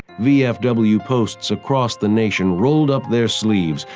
vfw posts across the nation rolled up their sleeves,